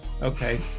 Okay